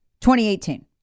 2018